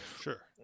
sure